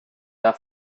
their